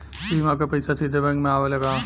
बीमा क पैसा सीधे बैंक में आवेला का?